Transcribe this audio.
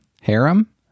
Harem